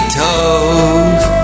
toes